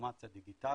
טרנספורמציה דיגיטלית,